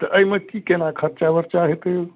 तऽ एहिमे कि कोना खरचा बरचा हेतै यौ